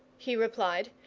he replied,